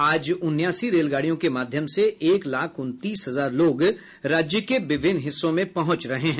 आज उनासी रेलगाड़ियों के माध्यम से एक लाख उनतीस हजार लोग राज्य के विभिन्न हिस्सों में पहुंच रहे हैं